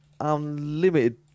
Unlimited